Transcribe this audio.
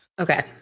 okay